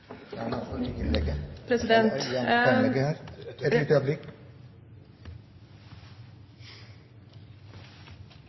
Da er